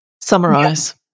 summarise